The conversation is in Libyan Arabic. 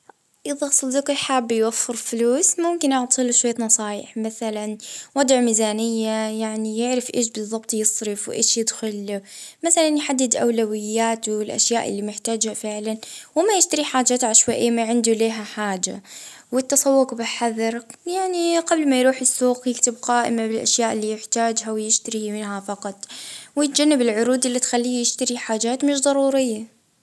اه أول حاجة يكتب مصاريفه الشهرية، ويشوف وين يمشي أكتر فلوسه أكثر؟ وين يمشوا الحاجات اللي ما يلزم اللي ما تلزمهاش ينحيها شوية بشوية، اه فكرة تانية أنه يجدر يحط مبلغ صغير على جنب كل شهر في حساب توفير وحاجة تتجمع على مدى طويل.